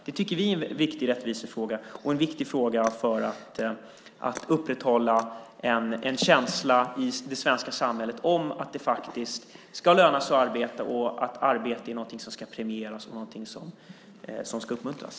Det tycker vi är en viktig rättvisefråga och en viktig fråga för att upprätthålla en känsla i det svenska samhället om att det faktiskt ska löna sig att arbeta och att arbete är någonting som ska premieras och uppmuntras.